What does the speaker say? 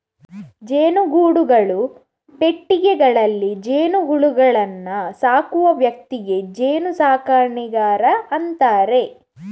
ಜೇನುಗೂಡುಗಳು, ಪೆಟ್ಟಿಗೆಗಳಲ್ಲಿ ಜೇನುಹುಳುಗಳನ್ನ ಸಾಕುವ ವ್ಯಕ್ತಿಗೆ ಜೇನು ಸಾಕಣೆಗಾರ ಅಂತಾರೆ